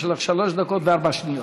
יש לך שלוש דקות וארבע שניות.